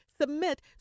Submit